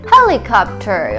？Helicopter